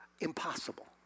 impossible